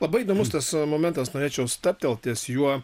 labai įdomus tas momentas norėčiau stabtelt ties juo